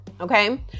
Okay